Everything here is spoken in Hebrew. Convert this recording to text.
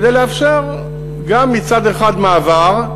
כדי לאפשר מעבר מצד אחד,